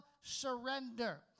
surrender